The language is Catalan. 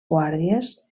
guàrdies